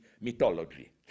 mythology